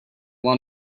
want